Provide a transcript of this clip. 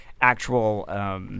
actual